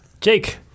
Jake